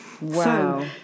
Wow